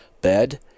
bed